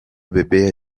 beber